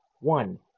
one